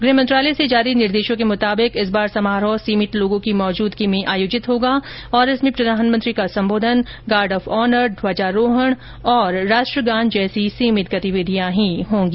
गृह मंत्रालय से जारी निर्देशों के मुताबिक इस बार समारोह सीमित लोगों की मौजूदगी में आयोजित होगा तथा इसमें प्रधानमंत्री का संबोधन गार्ड ऑफ ऑनर ध्वजारोहण और राष्ट्रगान जैसी सीमित गतिविधियां ही होंगी